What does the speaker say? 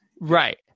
right